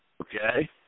Okay